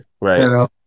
right